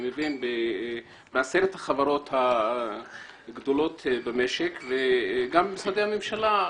בעשרת החברות הגדולות במשק וגם במשרדי הממשלה,